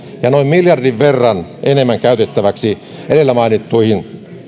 ja noin miljardin verran enemmän käytettäväksi edellä mainittuihin